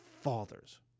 fathers